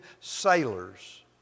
sailors